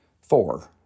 four